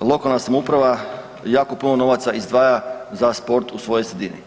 lokalna samouprava jako puno novaca izdvaja za sport u svojoj sredini.